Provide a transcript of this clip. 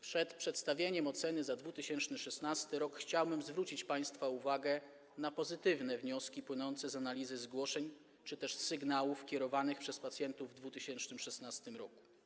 Przed przedstawieniem oceny za 2016 r. chciałbym zwrócić państwa uwagę na pozytywne wnioski płynące z analizy zgłoszeń czy też sygnałów kierowanych przez pacjentów w 2016 r.